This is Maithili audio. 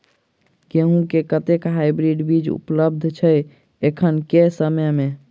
गेंहूँ केँ कतेक हाइब्रिड बीज उपलब्ध छै एखन केँ समय मे?